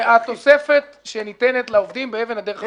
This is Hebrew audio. התוספת שניתנת לעובדים באבן הדרך הראשונה.